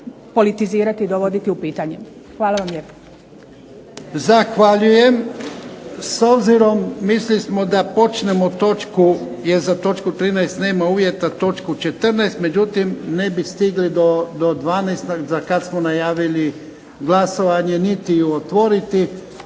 politizirati i dovoditi u pitanje. Hvala vam lijepo.